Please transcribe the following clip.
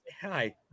Hi